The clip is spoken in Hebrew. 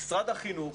משרד החינוך